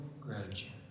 gratitude